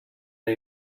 new